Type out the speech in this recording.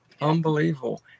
Unbelievable